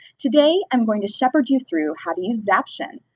today, i'm going to shepherd you through how to use zaption,